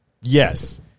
Yes